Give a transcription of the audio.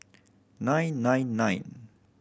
nine nine nine